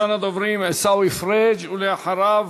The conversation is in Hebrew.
עיסאווי פריג', ואחריו,